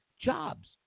jobs